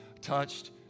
touched